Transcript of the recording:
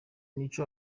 nuko